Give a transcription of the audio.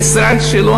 המשרד שלו,